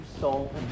soul